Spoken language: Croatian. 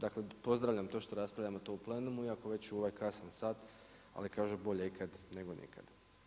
Dakle pozdravljam to što raspravljamo to u plenumu iako već u ovaj kasan sat ali kažem bolje ikad nego nikad.